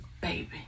baby